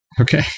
Okay